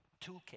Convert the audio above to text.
Toolkit